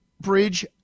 Bridge